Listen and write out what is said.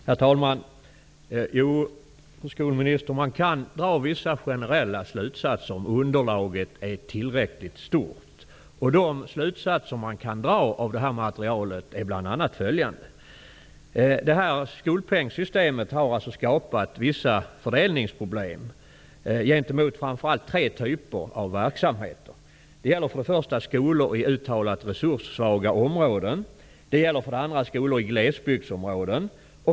Herr talman! Fru skolminister, man kan dra vissa generella slutsatser om underlaget är tillräckligt stort. De slutsatser man kan dra av det här materialet är bl.a. följande: Skolpengssystemet har skapat vissa problem gentemot framför allt tre typer av verksamheter. Det gäller för det första skolor i uttalat resurssvaga områden. Det gäller för det andra skolor i glesbygdsområden.